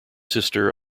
sister